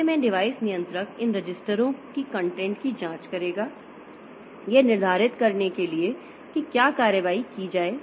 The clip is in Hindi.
बदले में डिवाइस नियंत्रक इन रजिस्टरों की कंटेंट की जांच करेगा यह निर्धारित करने के लिए कि क्या कार्रवाई की जाए